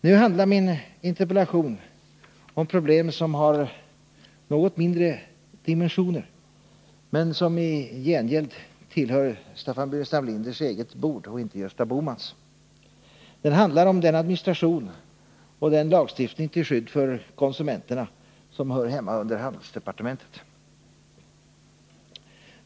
Nu handlar min interpellation om problem som har något mindre dimensioner, men som i gengäld tillhör Staffan Burenstam Linders eget bord och inte Gösta Bohmans. Den handlar om den administration och den lagstiftning till skydd för konsumenterna som hör hemma under handelsdepartementet.